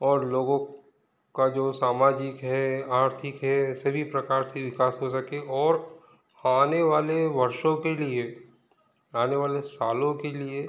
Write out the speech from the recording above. और लोगों का जो सामाजिक है आर्थिक है सभी प्रकार से विकास हो सके और आने वाले वर्षों के लिए आने वाले सालों के लिए